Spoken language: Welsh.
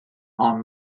ond